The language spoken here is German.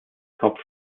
kopf